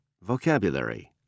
Vocabulary